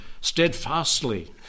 Steadfastly